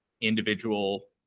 individual